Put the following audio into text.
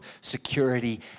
security